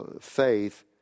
faith